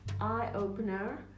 eye-opener